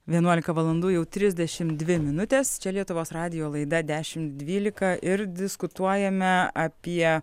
vienuolika valandų jau trisdešimt dvi minutės čia lietuvos radijo laida dešimt dvylika ir diskutuojame apie